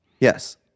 Yes